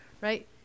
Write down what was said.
right